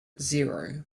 zero